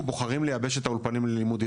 בוחרים לייבש את האולפנים ללימוד עברית.